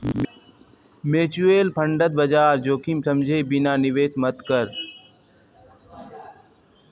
mutual फंडत बाजार जोखिम समझे बिना निवेश मत कर